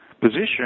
position